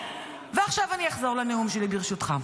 עכשיו אני אחזור לנאום שלי, ברשותך.